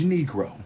Negro